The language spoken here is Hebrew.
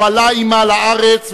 הוא עלה עמה לארץ,